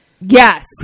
Yes